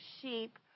sheep